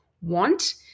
want